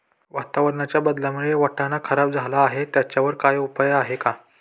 वातावरणाच्या बदलामुळे वाटाणा खराब झाला आहे त्याच्यावर काय उपाय आहे का?